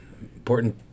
important